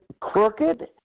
crooked